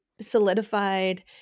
solidified –